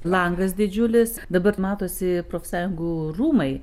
langas didžiulis dabar matosi profsąjungų rūmai